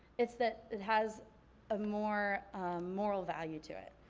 it's that it has a more moral value to it.